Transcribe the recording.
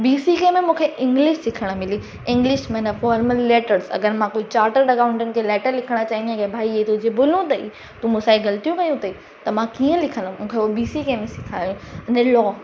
B C K में मूंखे English सिखणु मिली इंग्लिश में न फॉर्मल लेटर्स अगरि मां कोई चार्टेड अकाउंटेंट खे लैटर लिखणु चाहींदी आहे की भई इहे तुंहिंजी भुलूं अथई मुसां ई ग़लतियूं कई अथई त मां कीअं लिखंदमि मूंखे उहा बी सी के में सिखायो अने लॉ